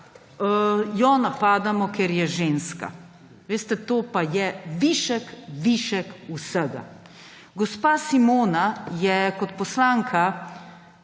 jo napadamo, ker je ženska. Veste, to pa je višek višek vsega. Gospa Simona je bila kot poslanka